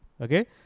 okay